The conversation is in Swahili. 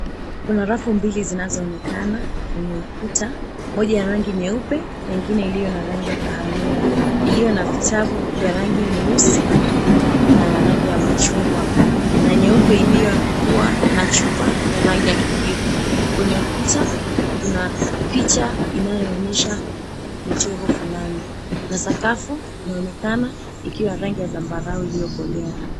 Kuna rafu mbili zinazoonekana kwenye ukuta. Moja ya rangi nyeupe na ingine iliyo ya rangi ya kahawia. Iliyo na vitabu vya rangi nyeusi na rangi ya machungwa na nyeupe iliyokuwa na rangi ya kijivu. Kwenye ukuta kuna picha inayoonyesha mchoro fulani na sakafu inayoonekana ikiwa ya rangi ya zambarau iliyokolea.